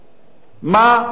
מה אתם רוצים?